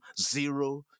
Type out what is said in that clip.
zero